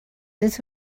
this